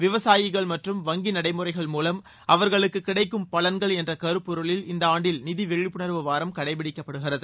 விவசாயிகள் மற்றும் வங்கி நடைமுறைகள் மூலம் அவர்களுக்கு கிடைக்கும் பலன்கள் என்ற கருப்பொருளில் இந்த ஆண்டில் நிதி விழிப்புணர்வு வாரம் கடைப்பிடிக்கப்படுகிறது